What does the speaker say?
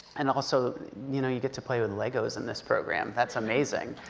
and also, you know, you get to play with legos in this program. that's amazing!